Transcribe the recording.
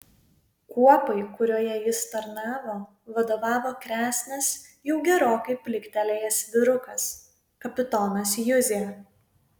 kuopai kurioje jis tarnavo vadovavo kresnas jau gerokai pliktelėjęs vyrukas kapitonas juzė